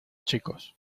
chicos